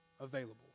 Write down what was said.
available